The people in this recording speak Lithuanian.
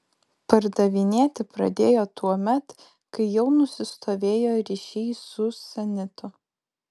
pardavinėti pradėjo tuomet kai jau nusistovėjo ryšiai su sanitu